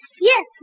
Yes